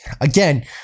again